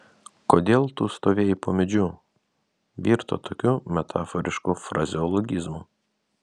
kodėl tu stovėjai po medžiu virto tokiu metaforišku frazeologizmu